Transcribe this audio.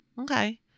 Okay